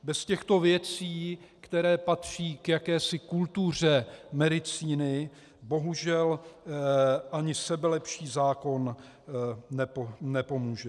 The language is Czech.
Bez těchto věcí, které patří k jakési kultuře medicíny, bohužel ani sebelepší zákon nepomůže.